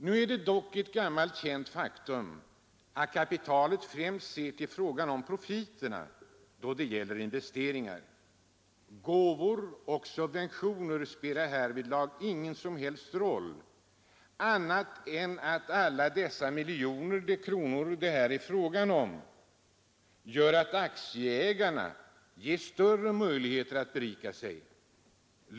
Nu är det emellertid ett gammalt känt faktum att kapitalet främst ser till profiterna då det gäller investeringar — gåvor och subventioner spelar härvidlag ingen roll, annat än så till vida att alla de miljoner kronor det här är fråga om gör att aktieägarna ges större möjligheter att berika sig.